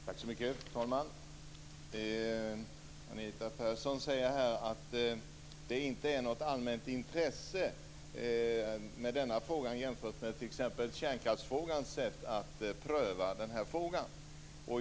Fru talman! Anita Persson säger att det inte finns något allmänt intresse i den här frågan jämfört med t.ex. kärnkraftsfrågan.